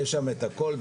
יש שם את הכל.